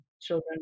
children